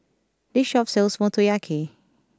this shop sells Motoyaki